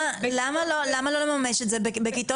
אלה תלמידים שמאובחנים עם לקויות למידה שהן